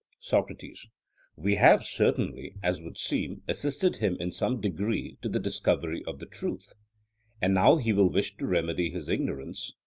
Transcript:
socrates we have certainly, as would seem, assisted him in some degree to the discovery of the truth and now he will wish to remedy his ignorance,